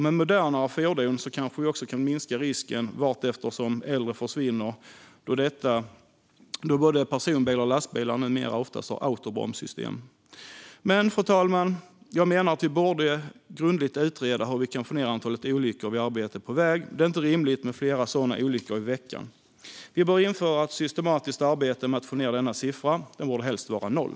Med modernare fordon kanske vi också kan minska risken allteftersom äldre fordon försvinner, då både personbilar och lastbilar numera oftast har autobromssystem. Men, fru talman, jag menar att vi borde utreda grundligt hur vi kan få ned antalet olyckor vid arbete på väg. Det är inte rimligt med flera sådana olyckor i veckan. Vi behöver införa ett systematiskt arbete med att få ned denna siffra. Den borde helst vara noll.